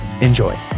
Enjoy